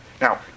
Now